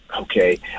okay